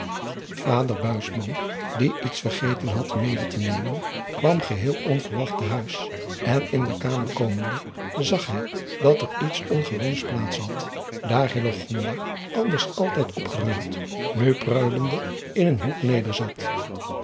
buisman die iets vergeten had mede te nemen kwam geheel onverwacht te huis en in de kamer komende zag hij dat er iets ongewoons plaats had daar hillegonda anders altijd opgeruimd nu pruilende in een hoek